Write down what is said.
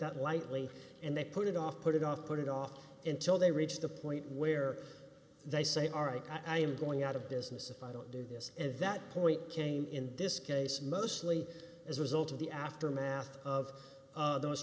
that lightly and they put it off put it off put it off until they reach the point where they say all right i am going out of business if i don't do this at that point came in this case mostly as a result of the aftermath of those